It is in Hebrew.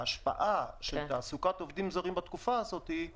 ההשפעה של תעסוקת עובדים זרים בתקופה הזאת היא